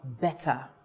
better